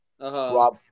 Rob